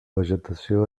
vegetació